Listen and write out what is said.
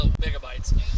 megabytes